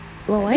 abeh